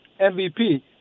MVP